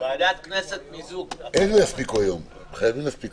תודה רבה, הישיבה נעולה.